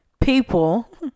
people